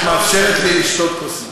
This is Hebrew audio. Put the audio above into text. את מאפשרת לי לשתות כוס מים.